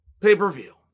pay-per-view